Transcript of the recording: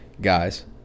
Guys